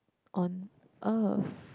on earth